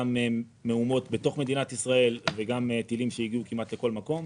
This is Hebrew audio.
גם מהומות בתוך מדינת ישראל וגם טילים שהגיעו כמעט לכל מקום.